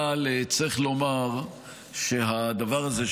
אבל צריך לומר שהדבר הזה,